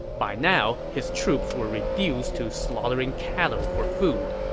by now, his troops were reduced to slaughtering cattle for food.